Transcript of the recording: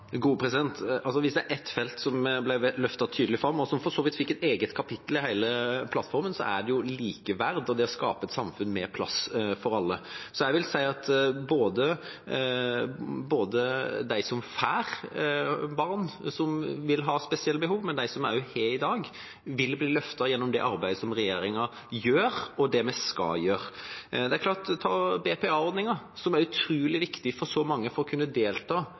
Hvis det er ett felt som ble løftet tydelig fram, og som for så vidt fikk et eget kapittel i plattformen, er det feltet likeverd og det å skape et samfunn med plass til alle. Så jeg vil si at både de som får barn som vil ha spesielle behov, og de som har det i dag, vil bli løftet gjennom det arbeidet som regjeringa gjør, og det vi skal gjøre. Ta BPA-ordningen, som er utrolig viktig for så mange for å kunne delta